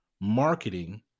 Marketing